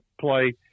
play